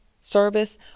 service